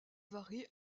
varie